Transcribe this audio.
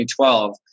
2012